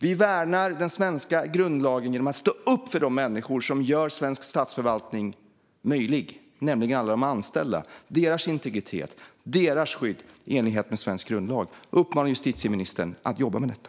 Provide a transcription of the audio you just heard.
Vi värnar den svenska grundlagen genom att stå upp för de människor som gör svensk statsförvaltning möjlig, nämligen alla de anställda, och deras integritet och skydd i enlighet med svensk grundlag. Jag uppmanar justitieministern att jobba med detta.